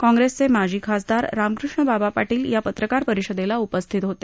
कॉंप्रेसचे माजी खासदार रामकृष्ण बाबा पाटील या पत्रकार परिषदेला उपस्थित होते